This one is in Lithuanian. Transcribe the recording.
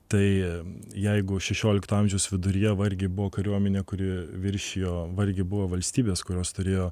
tai jeigu šešiolikto amžiaus viduryje vargiai buvo kariuomenė kuri viršijo vargiai buvo valstybės kurios turėjo